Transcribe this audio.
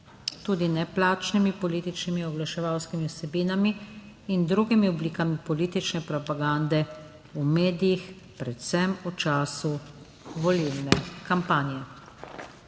tudi neplačanimi političnimi oglaševalskimi vsebinami in drugimi oblikami politične propagande v medijih, predvsem v času volilne kampanje.